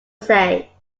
say